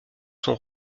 sont